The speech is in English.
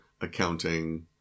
accounting